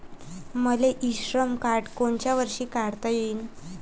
मले इ श्रम कार्ड कोनच्या वर्षी काढता येईन?